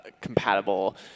compatible